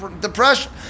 depression